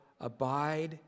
abide